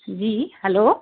जी hello